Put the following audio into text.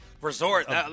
resort